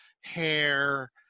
hair